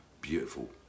beautiful